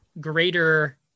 greater